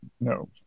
No